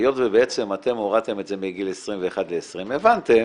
היות שבעצם אתם הורדתם את זה מגיל 21 ל-20 הבנתם